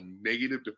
negative